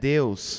Deus